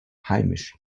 heimisch